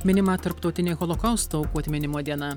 minima tarptautinė holokausto aukų atminimo diena